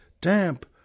damp